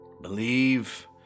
Believe